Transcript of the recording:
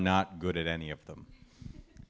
not good at any of them